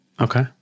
Okay